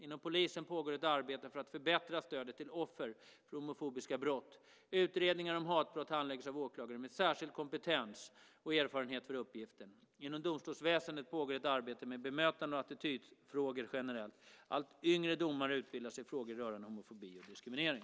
Inom polisen pågår ett arbete för att förbättra stödet till offer för homofobiska brott. Utredningar om hatbrott handläggs av åklagare med särskild kompetens och erfarenhet för uppgiften. Inom domstolsväsendet pågår ett arbete med bemötande och attitydfrågor generellt. Allt yngre domare utbildas i frågor rörande homofobi och diskriminering.